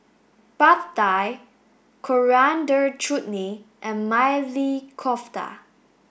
Pad Thai Coriander Chutney and Maili Kofta